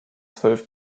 zwölf